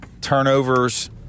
turnovers